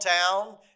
town